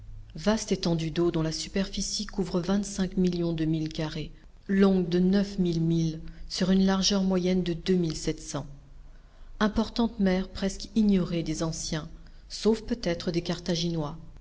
vaste étendue d'eau dont la superficie couvre vingt-cinq millions de milles carrés longue de neuf mille milles sur une largeur moyenne de deux mille sept cents importante mer presque ignorée des anciens sauf peut-être des carthaginois